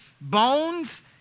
bones